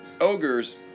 ogres